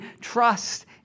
trust